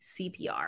CPR